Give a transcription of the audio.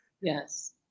yes